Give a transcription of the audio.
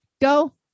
go